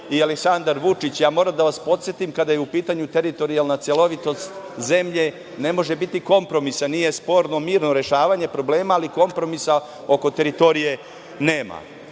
i Aleksandar Vučić. Moram da vas podsetim, kada je u pitanju teritorijalna celovitost zemlje, tu ne može biti kompromisa. Nije sporno mirno rešavanje problema, ali kompromisa oko teritorije